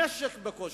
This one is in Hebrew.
המשק בקושי.